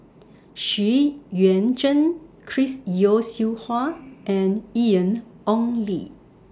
Xu Yuan Zhen Chris Yeo Siew Hua and Ian Ong Li